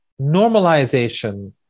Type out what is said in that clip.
normalization